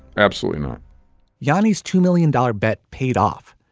absolutely not yanni's two million dollar bet paid off.